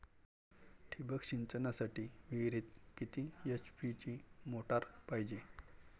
ठिबक सिंचनासाठी विहिरीत किती एच.पी ची मोटार पायजे?